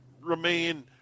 remain